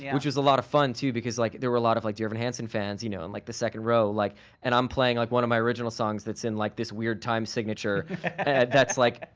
yeah which was a lot of fun, too, because like there were a lot of like dear evan hansen fans, in you know and like the second row like and i'm playing like one of my original songs that's in like this weird time signature. and that's like,